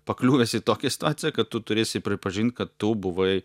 pakliuvęs į tokią situaciją kad tu turėsi pripažint kad tu buvai